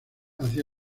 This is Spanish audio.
hacia